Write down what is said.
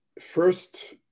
First